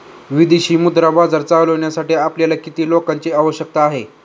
विदेशी मुद्रा बाजार चालविण्यासाठी आपल्याला किती लोकांची आवश्यकता आहे?